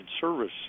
Service